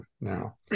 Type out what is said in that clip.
now